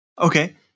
Okay